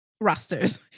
rosters